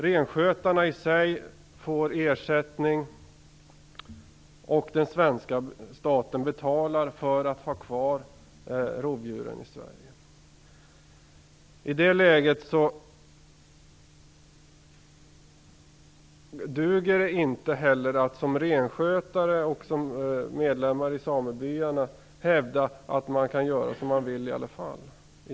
Renskötarna får ersättning, och den svenska staten betalar för att ha kvar rovdjuren i Sverige. I det läget duger det inte heller att som renskötare och som medlem i samebyarna hävda att man kan göra som man vill i alla fall.